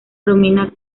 romina